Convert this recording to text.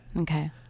Okay